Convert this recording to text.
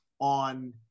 on